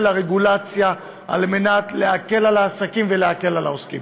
הרגולציה על מנת להקל על העסקים ולהקל על העוסקים.